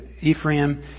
Ephraim